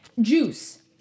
juice